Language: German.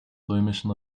römischen